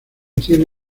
tiene